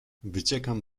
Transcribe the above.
wyciekam